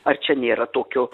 ar čia nėra tokio